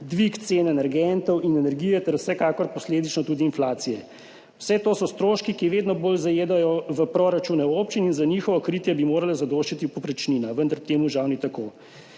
dvig cene energentov in energije ter vsekakor posledično tudi inflacije. Vse to so stroški, ki vedno bolj zajedajo v proračune občin in za njihovo kritje bi morala zadoščati povprečnina, vendar temu žal ni tako.